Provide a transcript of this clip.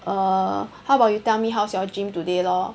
err how about you tell me how's your gym today lor